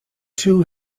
too